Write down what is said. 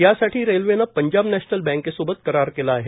यासाठी रेल्वेनं पंजाब नॅषनल बँकेसोबत करार केला आहे